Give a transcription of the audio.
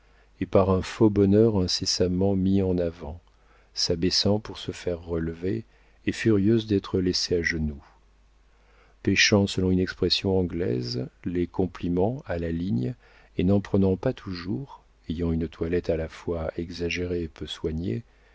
et par un faux bonheur incessamment mis en avant s'abaissant pour se faire relever et furieuse d'être laissée à genoux pêchant selon une expression anglaise les compliments à la ligne et n'en prenant pas toujours ayant une toilette à la fois exagérée et peu soignée